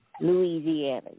Louisiana